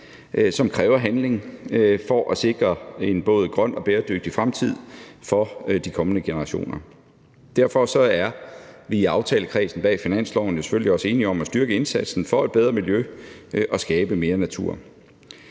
som kræver handling for at sikre en grøn og bæredygtig fremtid for de kommende generationer. Derfor er vi i aftalekredsen bag finansloven selvfølgelig også enige om at styrke indsatsen for et bedre miljø og for at skabe mere natur.